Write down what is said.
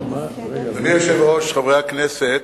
אדוני היושב-ראש, חברי הכנסת,